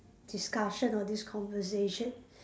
discussion or this conversation